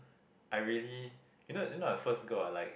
I really you not you not a first girl I like